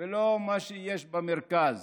ולא מה שיש במרכז,